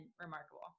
remarkable